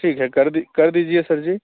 ठीक है कर दी कर दीजिए सर जी